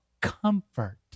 comfort